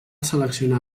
seleccionar